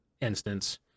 instance